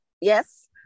Yes